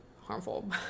harmful